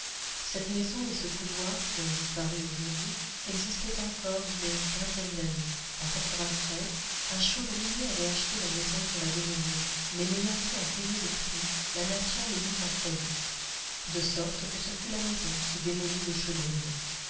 cette maison et ce couloir qui ont disparu aujourd'hui existaient encore il y a une quinzaine d'années en un chaudronnier avait acheté la maison pour la démolir mais n'ayant pu en payer le prix la nation le mit en faillite de sorte que ce fut la maison qui démolit le chaudronnier